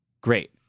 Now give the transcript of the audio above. Great